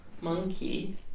monkey